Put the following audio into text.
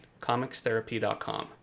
comicstherapy.com